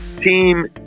team